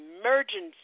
emergency